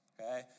okay